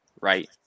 right